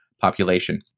population